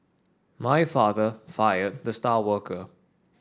my father fired the star worker